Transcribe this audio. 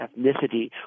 ethnicity